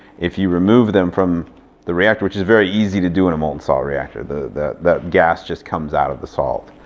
if you remove them from the reactor, which is very easy to do in a molten salt reactor, the the gas just comes out of the salt,